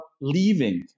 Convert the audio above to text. leaving